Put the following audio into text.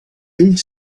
ell